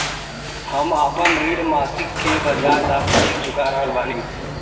हम आपन ऋण मासिक के बजाय साप्ताहिक चुका रहल बानी